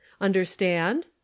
understand